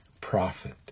prophet